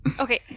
Okay